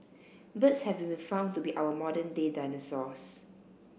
birds have been found to be our modern day dinosaurs